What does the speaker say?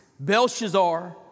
Belshazzar